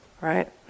Right